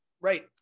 Right